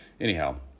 anyhow